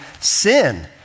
sin